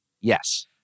Yes